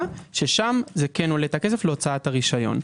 ששם זה כן עולה כסף להוצאת הרשיון.